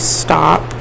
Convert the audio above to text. stop